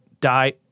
die